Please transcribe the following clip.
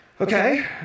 Okay